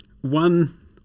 one